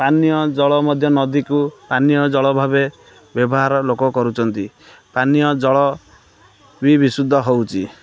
ପାନୀୟ ଜଳ ମଧ୍ୟ ନଦୀକୁ ପାନୀୟ ଜଳ ଭାବେ ବ୍ୟବହାର ଲୋକ କରୁଛନ୍ତି ପାନୀୟ ଜଳ ବି ବିଶୁଦ୍ଧ ହେଉଛି